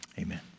Amen